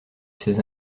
ses